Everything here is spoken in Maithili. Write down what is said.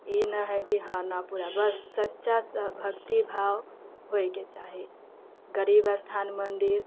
ई नऽ हय कि हँ नहि पूरा बस सच्चासँ भक्तिभाव होइके चाही गरीबस्थान मन्दिर